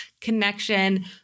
connection